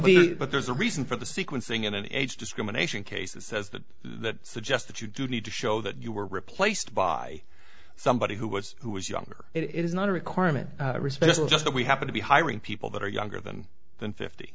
be but there's a reason for the sequencing in an age discrimination cases says that that suggests that you do need to show that you were replaced by somebody who was who was younger it is not a requirement risperdal just that we happen to be hiring people that are younger than than fifty